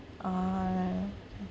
ah